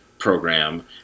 program